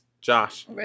Josh